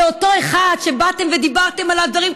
זה אותו אחד שבאתם ודיברתם עליו דברים,